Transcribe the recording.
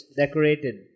decorated